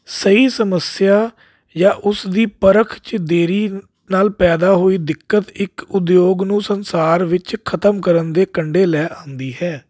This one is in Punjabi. ਸਹੀ ਸਮੱਸਿਆ ਜਾਂ ਉਸ ਦੀ ਪਰਖ 'ਚ ਦੇਰੀ ਨਾਲ ਪੈਦਾ ਹੋਈ ਦਿੱਕਤ ਇੱਕ ਉਦਯੋਗ ਨੂੰ ਸੰਸਾਰ ਵਿੱਚ ਖਤਮ ਕਰਨ ਦੇ ਕੰਢੇ ਲੈ ਆਉਂਦੀ ਹੈ